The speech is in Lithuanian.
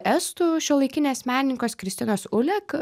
estų šiuolaikinės menininkės kristinos ulek